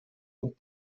und